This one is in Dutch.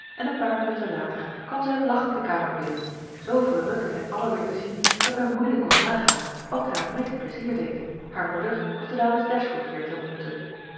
en een paar minuten later kwam zij lachend de kamer binnen zoo verrukt hen allen weer te zien dat men moeilijk kon nagaan wat haar het meest plezier deed haar moeder of de dames dashwood weer te ontmoeten